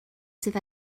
sydd